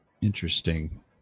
Interesting